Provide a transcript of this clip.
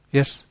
Yes